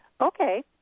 Okay